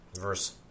verse